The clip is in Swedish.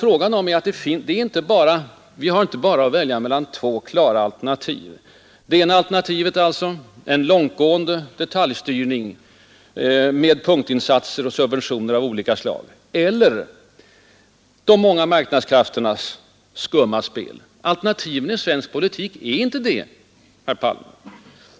Vi har inte bara att välja mellan två alternativ: en långtgående detaljstyrning med punktinsatser och subventioner av olika slag eller de fria marknadskrafternas skumma spel. Detta är inte alternativen i svensk politik, herr Palme.